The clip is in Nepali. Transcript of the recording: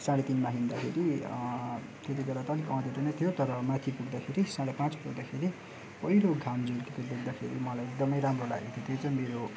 साढे तिनमा हिँड्दाखेरि त्यति बेला त अलिक अन्धेरो नै थियो तर माथि पुग्दाखेरि साढे पाँच बज्दाखेरि पहिलो घाम झुल्केको देख्दाखेरि मलाई एकदमै राम्रो लागेको थियो त्यो चाहिँ मेरो